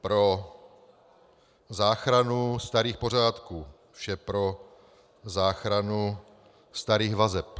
Pro záchranu starých pořádků, vše pro záchranu starých vazeb.